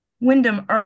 Wyndham